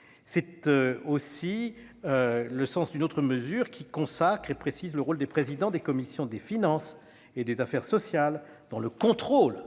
également que la commission ait consacré et précisé le rôle des présidents des commissions des finances et des affaires sociales dans le contrôle